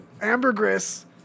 Ambergris